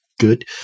Good